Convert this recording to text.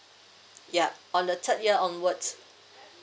ya on the third year onwards